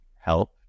help